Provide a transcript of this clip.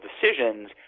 decisions